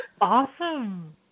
awesome